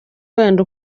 wenda